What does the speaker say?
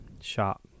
shop